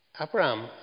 Abraham